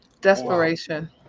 Desperation